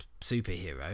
superhero